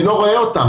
אני לא רואה אותם.